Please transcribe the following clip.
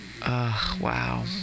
Wow